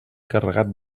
carregat